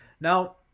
now